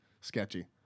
sketchy